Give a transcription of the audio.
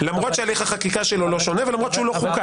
למרות שהליך החקיקה שלו לא שונה ולמרות שהוא לא חוקק.